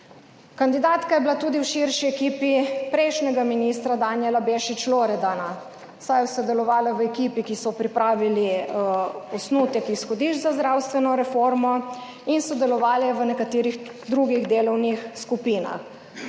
Kandidatka je bila tudi v širši ekipi prejšnjega ministra Danijela Bešič Loredana, saj je sodelovala v ekipi, ki so pripravili osnutek izhodišč za zdravstveno reformo in sodelovala je v nekaterih drugih delovnih skupinah.